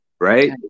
right